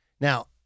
Now